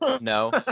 no